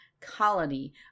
colony